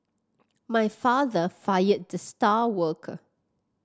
my father fired the star worker